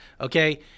Okay